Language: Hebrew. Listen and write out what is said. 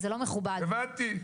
הבנתי.